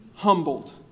humbled